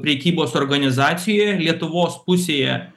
prekybos organizacijoje lietuvos pusėje